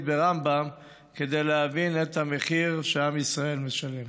ברמב"ם כדי להבין את המחיר שעם ישראל משלם.